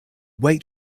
wait